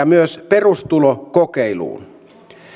myös perustulokokeiluun